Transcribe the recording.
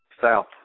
South